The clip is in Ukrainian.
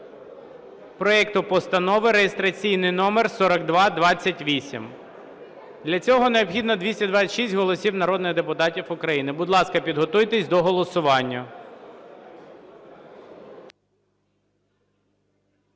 проекту Постанови (реєстраційний номер 4228). Для цього необхідно 226 голосів народних депутатів України. Будь ласка, підготуйтесь до голосування.